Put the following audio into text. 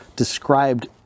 described